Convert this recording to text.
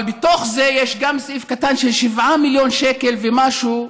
אבל בתוך זה יש גם סעיף קטן של 7 מיליון שקלים ומשהו,